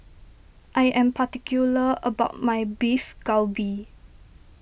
I am particular about my Beef Galbi